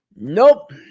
Nope